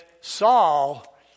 Saul